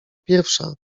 pierwsza